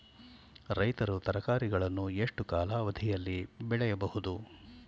ರೈತರು ತರಕಾರಿಗಳನ್ನು ಎಷ್ಟು ಕಾಲಾವಧಿಯಲ್ಲಿ ಬೆಳೆಯಬಹುದು?